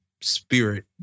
spirit